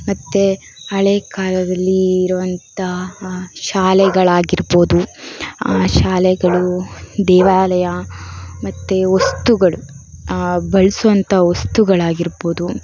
ಮತ್ತೆ ಹಳೇ ಕಾಲದಲ್ಲಿರುವಂತಹ ಶಾಲೆಗಳಾಗಿರ್ಬೋದು ಆ ಶಾಲೆಗಳು ದೇವಾಲಯ ಮತ್ತು ವಸ್ತುಗಳು ಬಳಸುವಂತಹ ವಸ್ತುಗಳಾಗಿರ್ಬೋದು